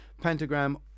Pentagram